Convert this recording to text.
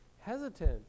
hesitant